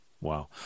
Wow